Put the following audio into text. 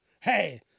Hey